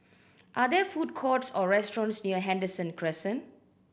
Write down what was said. are there food courts or restaurants near Henderson Crescent